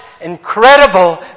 incredible